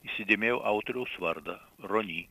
įsidėmėjau autoriaus vardą roni